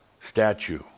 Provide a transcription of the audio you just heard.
statue